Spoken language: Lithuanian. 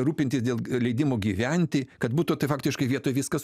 rūpintis dėl leidimų gyventi kad būtų tai faktiškai vietoj viskas